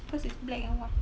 because it's black and white